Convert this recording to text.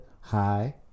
Hi